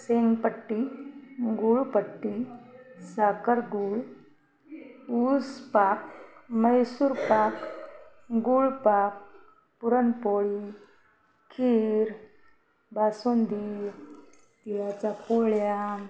शेंगपट्टी गुळपट्टी साखर गुळ ऊसपाक म्हैसूर पाक गुळपाक पुरणपोळी खीर बासुंदी तिळाच्या पोळ्या